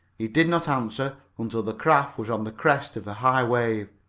he did not answer until the craft was on the crest of a high wave.